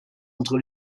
entre